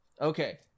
okay